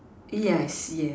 yeah yes